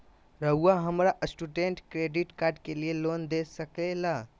रहुआ हमरा student credit card के लिए लोन दे सके ला?